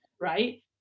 right